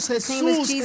Jesus